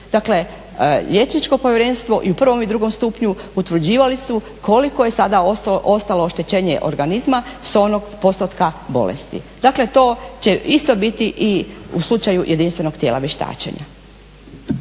Dakle, liječničko povjerenstvo i u prvom i drugom stupnju utvrđivali su koliko je sada ostalo oštećenje organizma s onog postotka bolesti. Dakle, to će isto biti i u slučaju jedinstvenog tijela vještačenja.